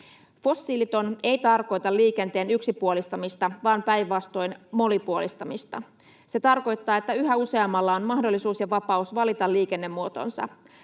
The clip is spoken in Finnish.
Fossiiliton ei tarkoita liikenteen yksipuolistamista, vaan päinvastoin monipuolistamista. Se tarkoittaa, että yhä useammalla on mahdollisuus ja vapaus valita liikennemuotonsa.